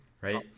right